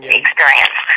experience